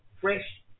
fresh